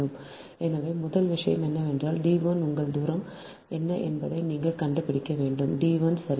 சரி எனவே முதல் விஷயம் என்னவென்றால் d 1 உங்கள் தூரம் என்ன என்பதை நீங்கள் கண்டுபிடிக்க வேண்டும் d 1 சரி